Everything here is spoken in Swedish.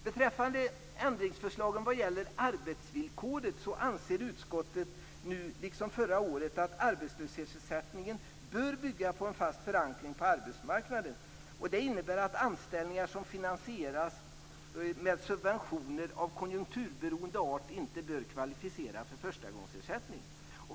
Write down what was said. Beträffande ändringsförslagen vad gäller arbetsvillkoren anser utskottet nu liksom förra året att arbetlöshetsersättningen bör bygga på en fast förankring på arbetsmarknaden. Det innebär att anställningar som finansieras med subventioner av konjunkturberoende art inte bör kvalificera för förstagångsersättning.